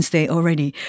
already